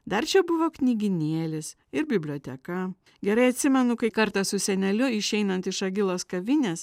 dar čia buvo knygynėlis ir biblioteka gerai atsimenu kai kartą su seneliu išeinant iš agilos kavinės